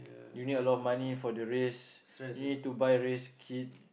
you need a lot of money for the race you need to buy race kit